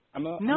no